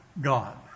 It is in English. God